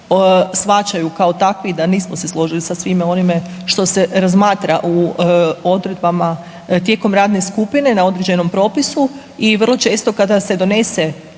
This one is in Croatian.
shvaćaju kao takvi da nismo se složili sa svime onime što se razmatra u odredbama tijekom radne skupine na određenom propisu i vrlo često kada se donese